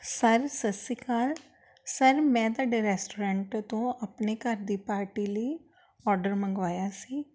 sir ਸਤਿ ਸ਼੍ਰੀ ਅਕਾਲ ਸਰ ਮੈਂ ਤੁਹਾਡੇ ਰੈਸਟੋਰੈਂਟ ਤੋਂ ਆਪਣੇ ਘਰ ਦੀ ਪਾਰਟੀ ਲਈ ਔਡਰ ਮੰਗਵਾਇਆ ਸੀ